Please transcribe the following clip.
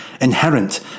inherent